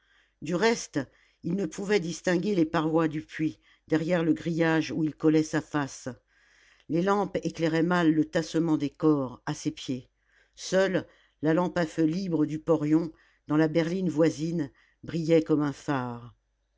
du reste il ne pouvait distinguer les parois du puits derrière le grillage où il collait sa face les lampes éclairaient mal le tassement des corps à ses pieds seule la lampe à feu libre du porion dans la berline voisine brillait comme un phare